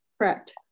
correct